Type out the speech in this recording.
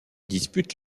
dispute